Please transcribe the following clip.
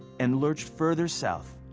and lurched further south.